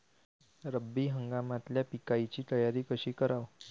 रब्बी हंगामातल्या पिकाइची तयारी कशी कराव?